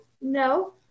No